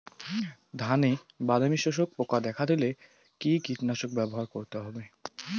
ধানে বাদামি শোষক পোকা দেখা দিলে কি কীটনাশক ব্যবহার করতে হবে?